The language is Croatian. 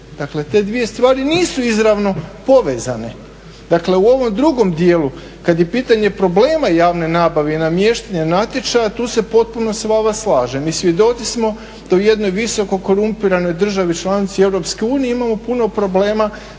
Dakle, te dvije stvari nisu izravno povezane. Dakle, u ovom drugom dijelu kada je pitanje problema javne nabave i namještanja natječaja tu se potpuno s vama slažem. I svjedoci smo da u jednoj visoko korumpiranoj državi članici Europske unije imamo puno problema